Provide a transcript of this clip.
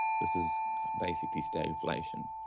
this is basically stay inflation.